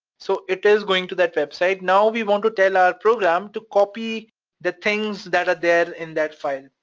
so, it is going to that website. now we want to tell our program to copy the things that are there in that file.